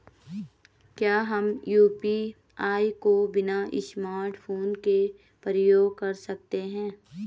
क्या हम यु.पी.आई को बिना स्मार्टफ़ोन के प्रयोग कर सकते हैं?